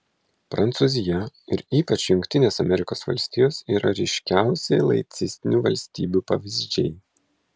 prancūzija ir ypač jungtinės amerikos valstijos yra ryškiausi laicistinių valstybių pavyzdžiai